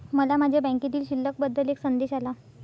मला माझ्या बँकेतील शिल्लक बद्दल एक संदेश आला